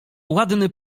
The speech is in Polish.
ładny